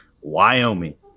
Wyoming